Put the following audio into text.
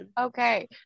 okay